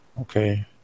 Okay